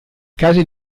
casi